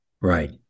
Right